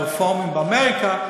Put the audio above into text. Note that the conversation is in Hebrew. הרפורמים באמריקה,